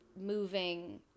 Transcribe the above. moving